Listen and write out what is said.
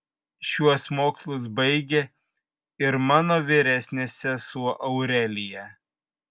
šiuos mokslus baigė ir mano vyresnė sesuo aurelija